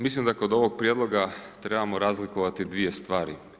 Mislim da kod ovog prijedloga trebamo razlikovati dvije stvari.